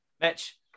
Mitch